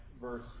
verse